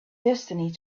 destiny